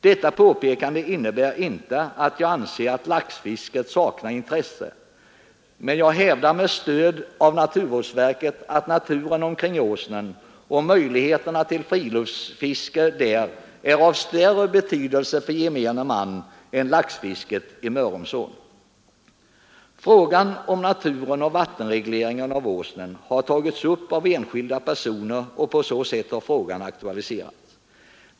Detta påpekande innebär inte att jag anser att laxfisket saknar intresse, men jag hävdar med stöd av naturvårdsverket att naturen omkring Åsnen och möjligheterna till fritidsfiske där är av större betydelse för gemene man än laxfisket i Mörrumsån. Frågan om naturen och vattenregleringen av Åsnen har tagits upp av enskilda personer. På så sätt har frågan aktualiserats.